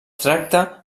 tracta